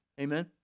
Amen